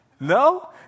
No